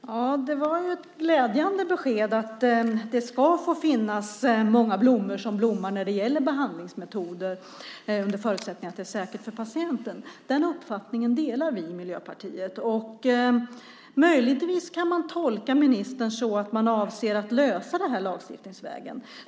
Herr talman! Det var ju ett glädjande besked att det ska få finnas många blommor som blommar när det gäller behandlingsmetoder under förutsättning att det är säkert för patienten. Den uppfattningen delar vi i Miljöpartiet. Möjligtvis kan man tolka ministern så att man avser att lösa det här lagstiftningsvägen.